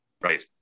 Right